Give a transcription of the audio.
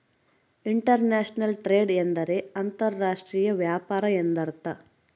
inter national trade ಎಂದರೆ ಅಂತರ್ ರಾಷ್ಟ್ರೀಯ ವ್ಯಾಪಾರ ಎಂದರ್ಥ